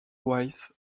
wife